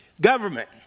government